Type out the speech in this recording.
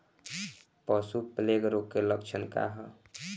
पशु प्लेग रोग के लक्षण का ह?